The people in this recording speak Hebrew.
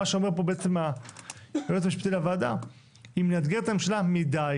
מה שאומר פה בעצם היועץ המשפטי לממשלה זה אם נאתגר את הממשלה מידי,